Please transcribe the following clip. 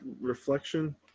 Reflection